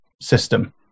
system